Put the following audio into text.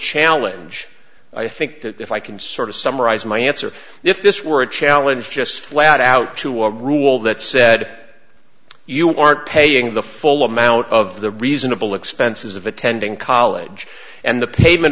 challenge i think that if i can sort of summarize my answer if this were a challenge just flat out two or rule that said you aren't paying the full amount of the reasonable expenses of attending college and the pavement